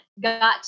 got